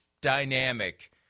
dynamic